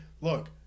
look